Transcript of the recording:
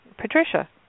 Patricia